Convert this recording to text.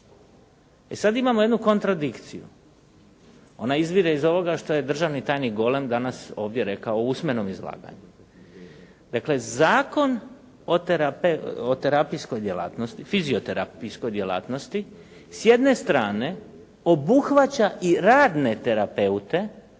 I sada imao jednu kontradikciju. Ona izvire iz ovoga što je državni tajnik Golem rekao danas ovdje u usmenom izlaganju. Dakle, Zakon o fizioterapijskoj djelatnosti s jedne strane obuhvaća i radne terapeute